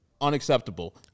unacceptable